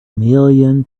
million